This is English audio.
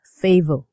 favor